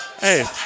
Hey